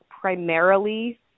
primarily